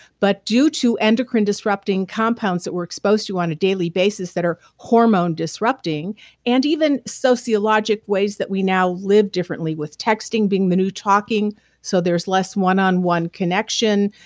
but due to endocrine disrupting compounds that we're exposed to on a daily basis that are hormone disrupting and even sociologic ways that we now live differently with texting being the new talking so there's less one on one connection,